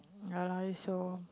ya lah it's so